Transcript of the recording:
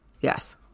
Yes